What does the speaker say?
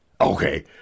Okay